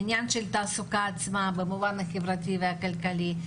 עניין של התעסוקה עצמה במובן החברתי והכלכלי,